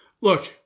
Look